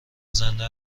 زنده